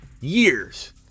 Years